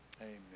amen